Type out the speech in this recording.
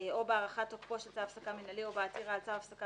או בהארכת תוקפו של צו הפסקה מינהלי או בעתירה על צו הפסקה